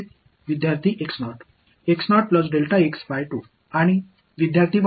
ஒருங்கிணைப்புகள் என்ன